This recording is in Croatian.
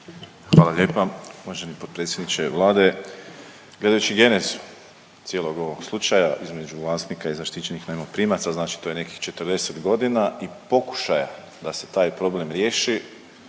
Hvala lijepa. Uvaženi potpredsjedniče Vlade, gledajući genezu cijelog ovog slučaja između vlasnika i zaštićenih najmoprimaca, znači to je nekih 40.g. i pokušaja da se taj problem riješi